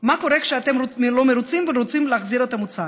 מה קורה כשאתם לא מרוצים ורוצים להחזיר את המוצר.